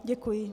Děkuji.